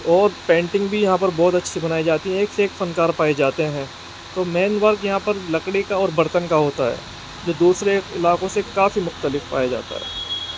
اور پینٹنگ بھی یہاں پر بہت اچھی بنائی جاتی ہے ایک سے ایک فنکار پائے جاتے ہیں تو مین ورک یہاں پر لکڑی کا اور برتن کا ہوتا ہے جو دوسرے علاقوں سے کافی مختلف پایا جاتا ہے